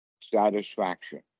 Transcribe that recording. Satisfaction